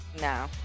no